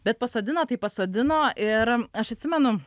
bet pasodino tai pasodino ir aš atsimenu